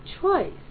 choice